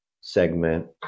segment